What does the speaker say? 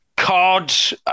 Cards